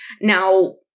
Now